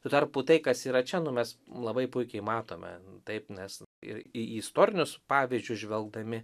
tuo tarpu tai kas yra čia nu mes labai puikiai matome taip nes ir į istorinius pavyzdžius žvelgdami